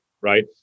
right